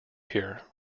here